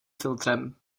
filtrem